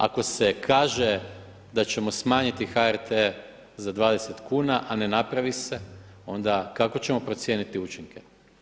Ako se kaže da ćemo smanjiti HRT za 20 kuna a ne napravi se onda kako ćemo procijeniti učinke?